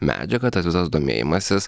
medžiaga tas visas domėjimasis